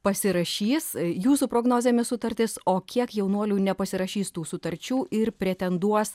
pasirašys jūsų prognozėmis sutartis o kiek jaunuolių nepasirašys tų sutarčių ir pretenduos